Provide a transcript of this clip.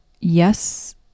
Yes